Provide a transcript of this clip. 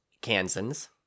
Kansans